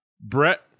Brett